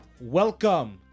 welcome